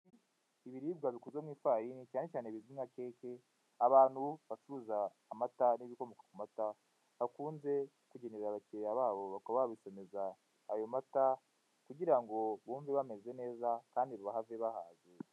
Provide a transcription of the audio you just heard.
Ibiribwa bikozwe mu ifarini cyane cyane bizwi nka keke, ba bantu bacuruza amata n'ibikomoka ku mata bakunze kugenera abakiriya babo bakaba babisomeza ayo mata kugirango bumve bameze neza kandi bahave bahaze.